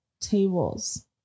tables